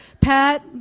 Pat